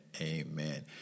Amen